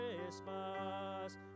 Christmas